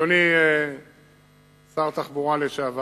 אדוני שר התחבורה לשעבר,